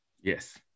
Yes